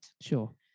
sure